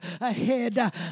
ahead